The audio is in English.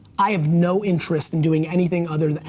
i have no interest in doing anything other.